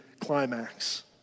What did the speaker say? climax